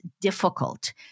difficult